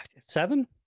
Seven